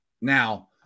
Now